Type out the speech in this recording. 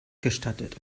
gestattet